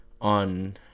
on